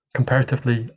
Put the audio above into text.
Comparatively